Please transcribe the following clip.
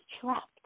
trapped